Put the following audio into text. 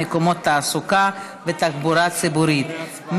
מקומות תעסוקה ותחבורה ציבורית.